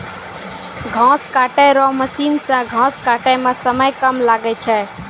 घास काटै रो मशीन से घास काटै मे समय कम लागै छै